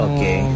Okay